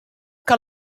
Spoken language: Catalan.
que